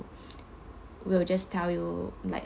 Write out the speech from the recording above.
will just tell you like